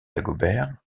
dagobert